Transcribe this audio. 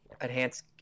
Enhance